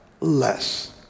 less